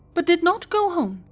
but did not go home.